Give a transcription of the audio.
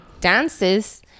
dances